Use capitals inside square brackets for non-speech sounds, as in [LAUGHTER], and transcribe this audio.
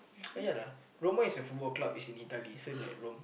[NOISE] yeah lah Roma is a Football Club is in Italy so is like Rome